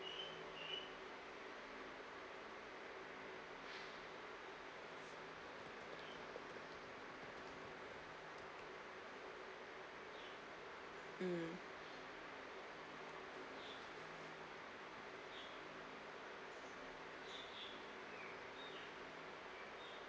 mm